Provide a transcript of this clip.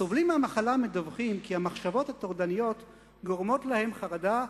הסובלים מהמחלה מדווחים כי המחשבות הטורדניות גורמות להם חרדה,